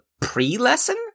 pre-lesson